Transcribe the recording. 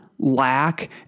lack